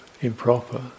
improper